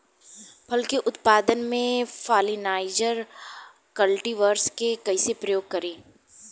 फल के उत्पादन मे पॉलिनाइजर कल्टीवर्स के कइसे प्रयोग करी?